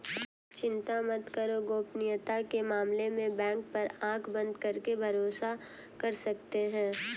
चिंता मत करो, गोपनीयता के मामले में बैंक पर आँख बंद करके भरोसा कर सकते हो